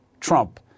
Trump